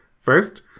First